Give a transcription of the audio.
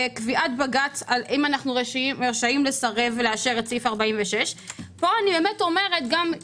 בג"ץ, אם אנו רשאים לסרב לאשר את סעיף 46. אופיר,